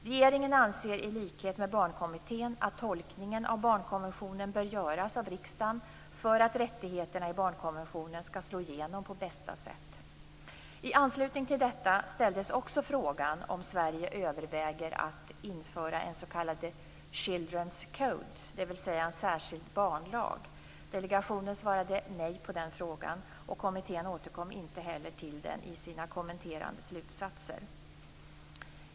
Regeringen anser i likhet med Barnkommittén att tolkningen av barnkonventionen bör göras av riksdagen för att rättigheterna i barnkonventionen skall slå igenom på bästa sätt. I anslutning till detta ställdes också frågan om Sverige överväger att införa en s.k. Children s Code, dvs. en särskild barnlag. Delegationen svarade nej på den frågan. Kommittén återkom inte heller till den i sina kommenterande slutsatser.